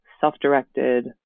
self-directed